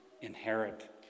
inherit